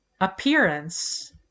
Appearance